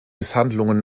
misshandlungen